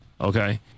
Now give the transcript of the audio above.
Okay